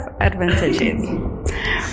advantages